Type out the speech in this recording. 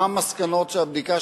מה המסקנות של הבדיקה,